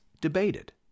debated